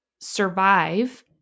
survive